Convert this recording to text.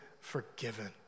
forgiven